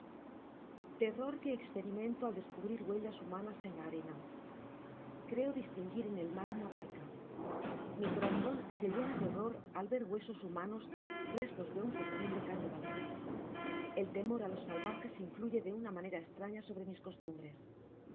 terror que esperimento al descubrir huellas humanas en la arena creo distinguir en el mar una barca mi corazon se llena de horror al ver huesos humanos restos de un festin de canibales el temor á los salvajes influye de una manera estraña sobre mis costumbres